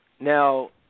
Now